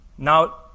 Now